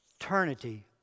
eternity